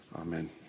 amen